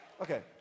okay